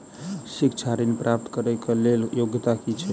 शिक्षा ऋण प्राप्त करऽ कऽ लेल योग्यता की छई?